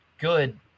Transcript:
good –